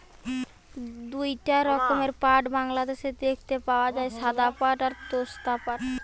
দুইটা রকমের পাট বাংলাদেশে দেখতে পাওয়া যায়, সাদা পাট আর তোষা পাট